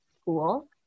school